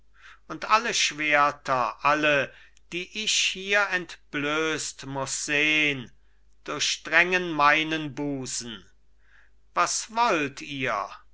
und alle schwerter alle die ich hier entblößt muß sehn durchdrängen meinen busen was wollt ihr